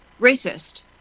racist